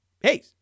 hey